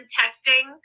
texting